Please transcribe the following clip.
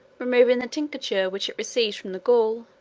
removing the tincture which it receives from the gall,